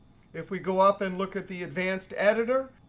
if we go up and look at the advanced editor,